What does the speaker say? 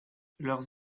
leurs